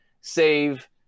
save